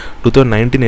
2019